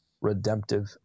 redemptive